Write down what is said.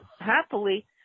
Happily